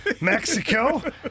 Mexico